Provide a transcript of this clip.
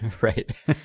Right